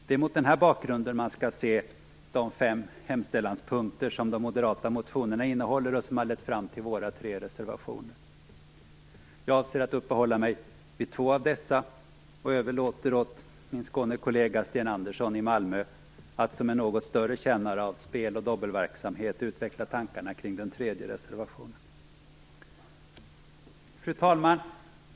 Det är mot den här bakgrunden man skall se de fem hemställanspunkter som de moderata motionerna innehåller och som har lett fram till våra tre reservationer. Jag avser att uppehålla mig vid två av dessa och överlåter åt min Skånekollega Sten Andersson i Malmö att som en något större kännare av spel och dobbelverksamhet utveckla tankarna kring den tredje reservationen. Fru talman!